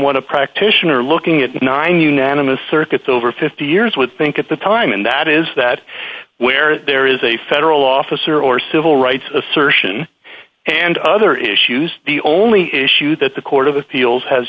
one a practitioner looking at nine unanimous circuits over fifty years would think at the time and that is that where there is a federal officer or civil rights assertion and other issues the only issue that the court of appeals has